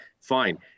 fine